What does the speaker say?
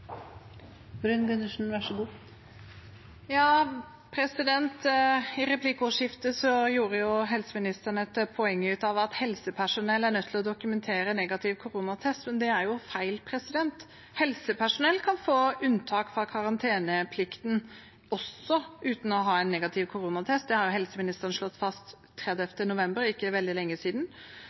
I replikkordskiftet gjorde helseministeren et poeng ut av at helsepersonell er nødt til å dokumentere negativ koronatest, men det er feil. Helsepersonell kan få unntak fra karanteneplikten, også uten å ha en negativ koronatest. Det slo helseministeren fast den 30. november, og det er ikke veldig lenge siden.